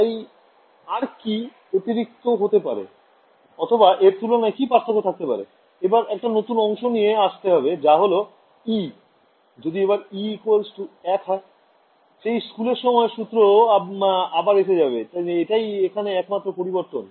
তাই লক্ষ্য করুন আমি বোঝাতে চাইছি অতিরিক্ত অংশটি কী বা এখানে আমরা চিরকাল জেনে এসেছি তার সাথে এখানের পার্থক্য কি নতুন অংশটি হল এখানে e যদি এখানে e 1 হয় তবেই সেই হাই স্কুল এর সূত্র পেয়ে যাবো